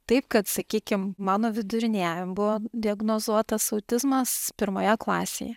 taip kad sakykim mano viduriniajam buvo diagnozuotas autizmas pirmoje klasėje